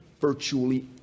Virtually